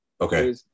Okay